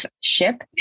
ship